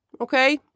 Okay